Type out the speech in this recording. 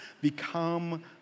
become